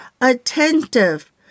attentive